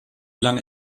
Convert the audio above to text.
lange